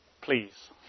please